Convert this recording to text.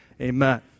Amen